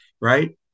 Right